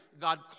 God